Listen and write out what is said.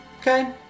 okay